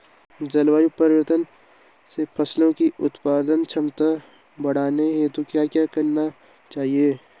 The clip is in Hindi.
जलवायु परिवर्तन से फसलों की उत्पादन क्षमता बढ़ाने हेतु क्या क्या करना चाहिए?